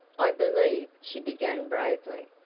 i believe, she began bravely,